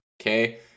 Okay